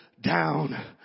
down